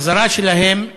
בחזרה שלהם,